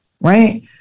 right